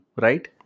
right